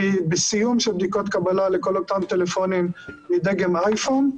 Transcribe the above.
והיא בסיום בדיקות קבלה לכל אותם טלפונים מדגם אייפון.